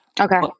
Okay